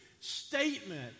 statement